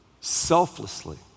selflessly